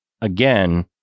Again